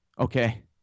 Okay